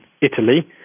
Italy